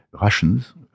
Russians